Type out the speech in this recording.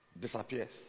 disappears